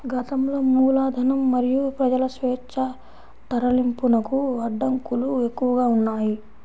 గతంలో మూలధనం మరియు ప్రజల స్వేచ్ఛా తరలింపునకు అడ్డంకులు ఎక్కువగా ఉన్నాయి